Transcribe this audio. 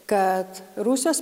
kad rusijos